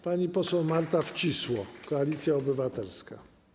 Pani poseł Marta Wcisło, Koalicja Obywatelska.